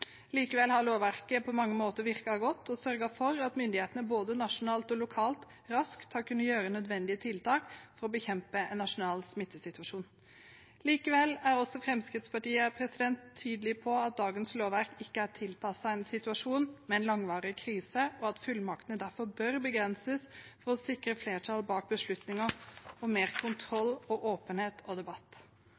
Likevel har lovverket på mange måter virket godt og sørget for at myndighetene, både nasjonalt og lokalt, raskt har kunnet gjøre nødvendige tiltak for å bekjempe en nasjonal smittesituasjon. Likevel er også Fremskrittspartiet tydelig på at dagens lovverk ikke er tilpasset en situasjon med en langvarig krise, og at fullmaktene derfor bør begrenses for å sikre flertall bak beslutninger, og mer kontroll, åpenhet og debatt.